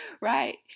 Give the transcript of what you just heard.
right